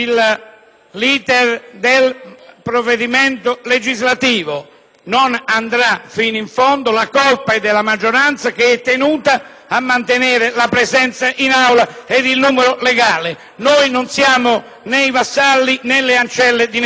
provvedimento legislativo non andrà fino in fondo la colpa è della maggioranza, che è tenuta a mantenere la presenza del numero legale in Aula. Noi non siamo né i vassalli né le ancelle di nessuno.